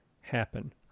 happen